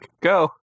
go